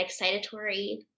excitatory